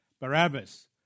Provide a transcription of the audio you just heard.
Barabbas